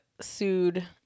sued